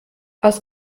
aus